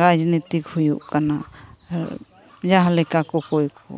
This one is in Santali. ᱨᱟᱡᱽᱱᱤᱛᱤ ᱦᱩᱭᱩᱜ ᱠᱟᱱᱟ ᱡᱟᱦᱟᱸ ᱞᱮᱠᱟ ᱠᱚᱠᱚᱭ ᱠᱚ